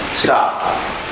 Stop